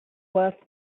worth